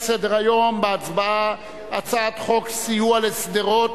על סדר-היום להצבעה הצעת חוק סיוע לשדרות